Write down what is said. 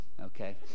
okay